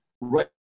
right